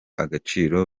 agaciro